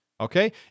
okay